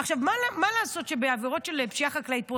מה לעשות שבעבירות של פשיעה חקלאית,